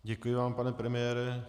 Děkuji vám, pane premiére.